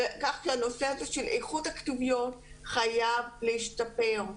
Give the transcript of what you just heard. כך שהנושא של איכות הכתוביות חייב להשתפר.